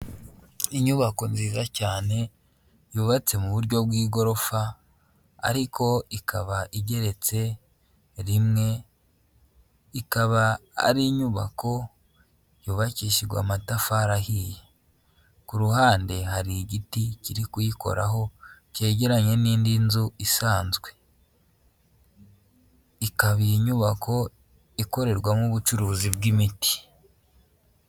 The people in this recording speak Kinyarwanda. Inyubako nziza cyane yubatse mu buryo bw'igorofa ariko ikaba igeretse rimwe, ikaba ari inyubako yubakishijwe amatafari ahiye, ku ruhande hari igiti kiri kuyikoraho cyegeranye n'indi nzu isanzwe, ikaba iyi nyubako ikorerwamo ubucuruzi bw'imiti.